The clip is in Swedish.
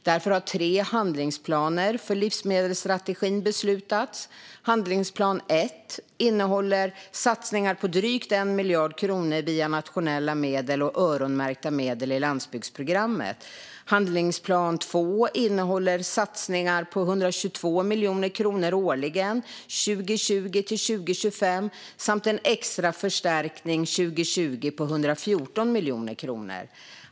Därför har tre handlingsplaner för livsmedelsstrategin beslutats. Handlingsplan 1 innehåller satsningar på drygt 1 miljard kronor via nationella medel och öronmärkta medel i landsbygdsprogrammet. Handlingsplan 2 innehåller satsningar på 122 miljoner kronor årligen 2020-2025 samt en extra förstärkning 2020 på 114 miljoner kronor.